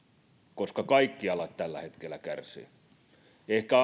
koska kaikki alat tällä hetkellä kärsivät ehkä